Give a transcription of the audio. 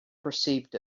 perceived